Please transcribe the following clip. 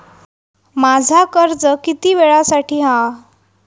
माझा कर्ज किती वेळासाठी हा?